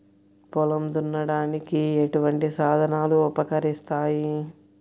పొలం దున్నడానికి ఎటువంటి సాధనాలు ఉపకరిస్తాయి?